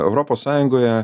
europos sąjungoje